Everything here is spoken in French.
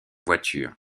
voiture